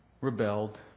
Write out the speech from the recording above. rebelled